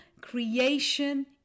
creation